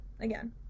again